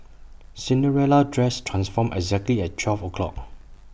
Cinderella's dress transformed exactly at twelve o'clock